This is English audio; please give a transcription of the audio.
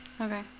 okay